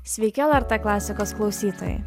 sveiki lrt klasikos klausytojai